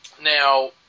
Now